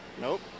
Nope